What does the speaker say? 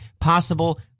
possible